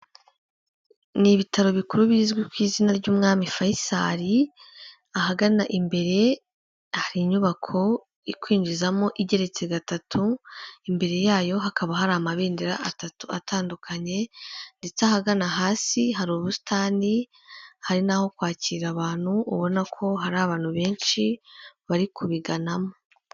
Ni ibitaro bikuru bizwi ku izina ry'umwami Fayisari, ahagana imbere hari inyubako ikwinjizamo igeretse gatatu, imbere yayo hakaba hari amabendera atatu atandukanye ndetse ahagana hasi hari ubusitani, hari n'aho kwakirira abantu ubona ko hari abantu benshi bari kubiganamo.